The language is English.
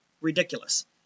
ridiculous